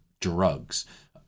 drugs